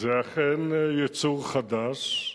זה אכן יצור חדש,